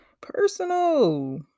personal